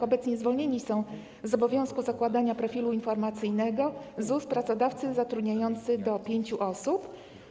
Obecnie zwolnieni z obowiązku zakładania profilu informacyjnego ZUS są pracodawcy zatrudniający do pięciu osób.